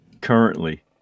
currently